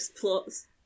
plots